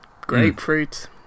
grapefruit